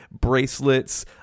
bracelets